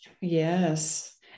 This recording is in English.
Yes